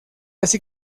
así